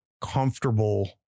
comfortable